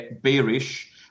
bearish